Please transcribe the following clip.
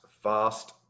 fast